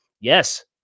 Yes